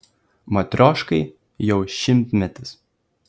matrioškai jau šimtmetis